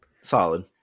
Solid